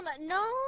no